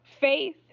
faith